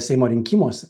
seimo rinkimuose